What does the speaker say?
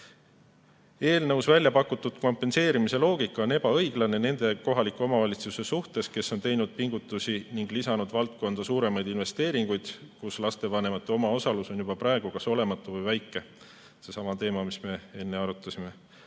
Eelnõus väljapakutud kompenseerimise loogika on ebaõiglane nende kohalike omavalitsuste suhtes, kes on teinud pingutusi ning lisanud valdkonda suuremaid investeeringuid ning kus lastevanemate omaosalus on juba praegu kas olematu või väike. See on sama teema, mida me enne arutasime.